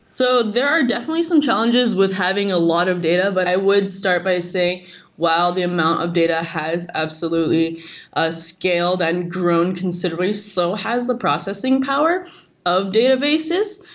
so there are some challenges with having a lot of data, but i would start by saying while the amount of data has absolutely a scale than grown considerably, so has the processing power of databases,